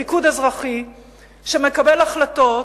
פיקוד אזרחי שמקבל החלטות